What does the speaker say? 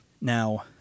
Now